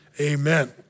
amen